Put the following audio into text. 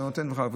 זה נותן מרחב.